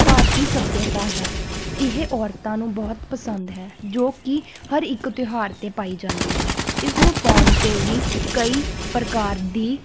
ਭਾਰਤੀ ਸੱਭਿਅਤਾ ਹੈ ਇਹ ਔਰਤਾਂ ਨੂੰ ਬਹੁਤ ਪਸੰਦ ਹੈ ਜੋ ਕਿ ਹਰ ਇੱਕ ਤਿਉਹਾਰ 'ਤੇ ਪਾਈ ਜਾਂਦੀ ਹੈ ਇਸ ਨੂੰ ਪਾਉਣ 'ਤੇ ਵੀ ਕਈ ਪ੍ਰਕਾਰ ਦੀ